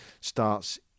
starts